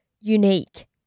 unique